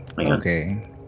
Okay